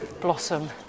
blossom